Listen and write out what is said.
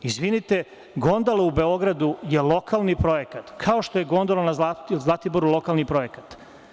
Izvinite, gondola u Beogradu je lokalni projekat, kao što je gondola na Zlatiboru lokalni projekat.